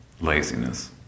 laziness